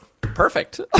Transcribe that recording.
Perfect